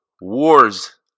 wars